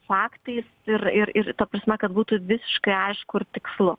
faktais ir ir ir ta prasme kad būtų visiškai aišku ir tikslu